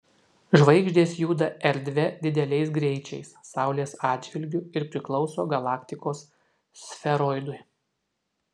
žvaigždės juda erdve dideliais greičiais saulės atžvilgiu ir priklauso galaktikos sferoidui